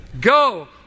Go